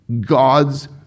God's